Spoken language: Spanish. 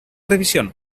revisión